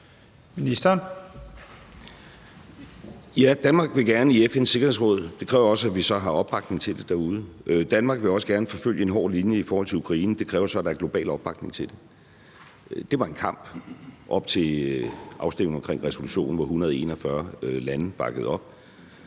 Danmark vil gerne i FN's Sikkerhedsråd. Det kræver også, at vi så har opbakning til det derude. Danmark vil også gerne forfølge en hård linje i forhold til Ukraine. Det kræver så, at der er global opbakning til det. Det var en kamp op til afstemningen omkring resolutionen, hvor 141 lande bakkede op.